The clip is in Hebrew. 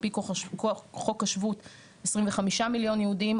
על פי חוק השבות 25 מיליון יהודים,